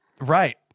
Right